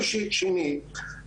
שנית,